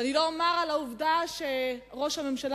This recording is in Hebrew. ואני לא אדבר על העובדה שראש הממשלה